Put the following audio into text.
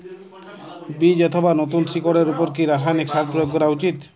বীজ অথবা নতুন শিকড় এর উপর কি রাসায়ানিক সার প্রয়োগ করা উচিৎ?